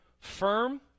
Firm